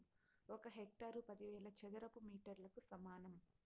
ఒక హెక్టారు పదివేల చదరపు మీటర్లకు సమానం